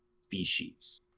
species